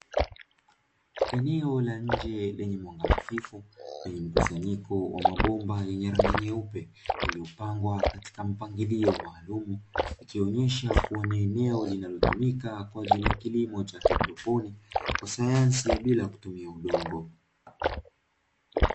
Eneo la nje lenye mwanga hafifu lenye mkusanyiko wa mabomba yenye rangi nyeupe, yaliyopangwa katika mpangilio maalumu, ikionesha kuwa ni eneo linalotumika kwa ajili ya kilimo cha haidroponi, kwa sayansi ya bila kutumia udongo.